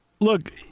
Look